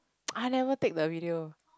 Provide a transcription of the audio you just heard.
I never take the video